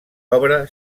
obra